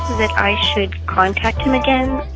that i should contact him again.